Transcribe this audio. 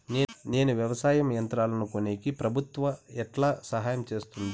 నేను వ్యవసాయం యంత్రాలను కొనేకి ప్రభుత్వ ఎట్లా సహాయం చేస్తుంది?